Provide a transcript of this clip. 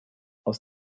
aus